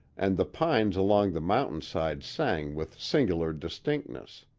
and the pines along the mountainside sang with singular distinctness.